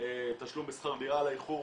תשלום בשכר דירה על האיחור?